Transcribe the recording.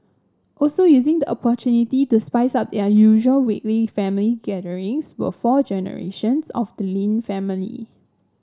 also using the opportunity to spice up their usual weekly family gatherings were four generations of the Lin family